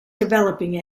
developing